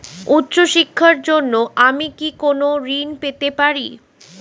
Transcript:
উচ্চশিক্ষার জন্য আমি কি কোনো ঋণ পেতে পারি?